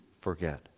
forget